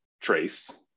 trace